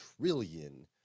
trillion